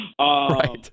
right